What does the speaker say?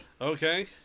Okay